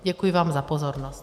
Děkuji vám za pozornost.